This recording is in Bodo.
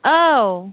औ